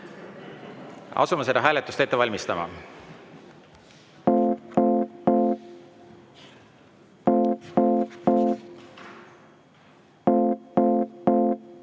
Asume seda hääletust ette valmistama.